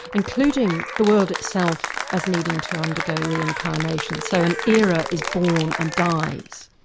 including the world itself as needing to undergo reincarnations. so an era is born and dies.